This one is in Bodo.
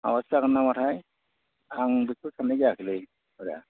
माबासो जागोन नामाथाय आं बेखौ साननाय जायाखैलै आदा